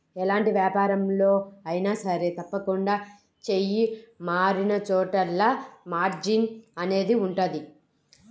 ఎలాంటి వ్యాపారంలో అయినా సరే తప్పకుండా చెయ్యి మారినచోటల్లా మార్జిన్ అనేది ఉంటది